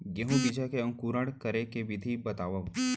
गेहूँ बीजा के अंकुरण करे के विधि बतावव?